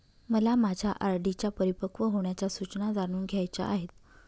मला माझ्या आर.डी च्या परिपक्व होण्याच्या सूचना जाणून घ्यायच्या आहेत